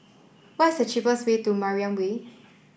what is the cheapest way to Mariam Way